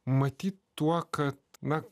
matyt tuo kad na